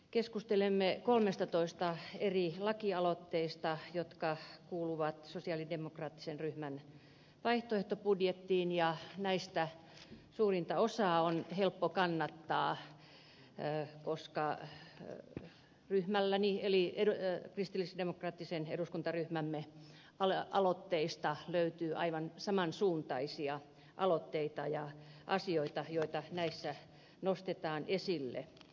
keskustelemme kolmestatoista eri lakialoitteesta jotka kuuluvat sosialidemokraattisen ryhmän vaihtoehtobudjettiin ja näistä suurinta osaa on helppo kannattaa koska ryhmämme eli kristillisdemokraattisen eduskuntaryhmän aloitteista löytyy aivan saman suuntaisia aloitteita ja asioita joita näissä nostetaan esille